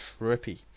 trippy